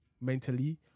mentally